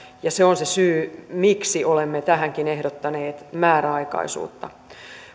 ja se on se syy miksi olemme tähänkin ehdottaneet määräaikaisuutta